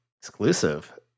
exclusive